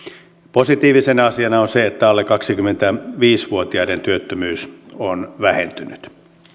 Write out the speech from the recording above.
positiivisena asiana on se että alle kaksikymmentäviisi vuotiaiden työttömyys on vähentynyt